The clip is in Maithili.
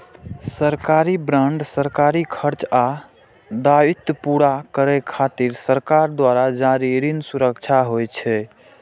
सरकारी बांड सरकारी खर्च आ दायित्व पूरा करै खातिर सरकार द्वारा जारी ऋण सुरक्षा होइ छै